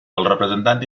representant